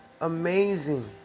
amazing